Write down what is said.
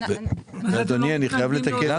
אדוני, אני חייב לתקן.